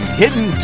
hidden